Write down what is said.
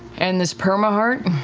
and this permaheart?